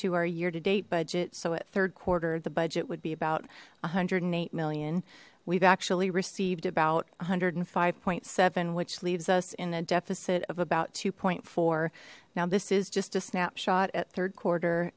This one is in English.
our year to date budget so at third quarter the budget would be about one hundred and eight million we've actually received about one hundred and five point seven which leaves us in a deficit of about two four now this is just a snapshot at third quarter